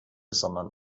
sondern